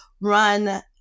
run